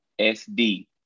SD